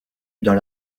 dans